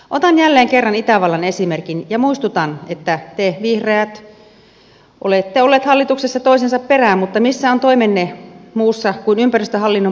otan jälleen kerran itävallan esimerkin ja muistutan että te vihreät olette olleet hallituksessa toisensa perään mutta missä ovat toimenne muussa kuin ympäristöhallinnon paisuttamisessa